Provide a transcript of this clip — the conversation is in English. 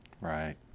Right